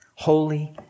holy